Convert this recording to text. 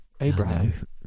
Abraham